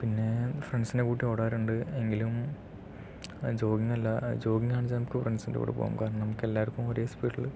പിന്നെ ഫ്രണ്ട്സിനെ കൂട്ടി ഓടാറുണ്ട് എങ്കിലും ആ ജോഗിങ്ങല്ല ജോഗിങ്ങാണെന്ന് വെച്ചാൽ നമുക്ക് ഫ്രണ്ട്സിൻ്റെ കൂടെ പോവാം കാരണം നമുക്കെല്ലാർക്കും ഒരേ സ്പീഡില്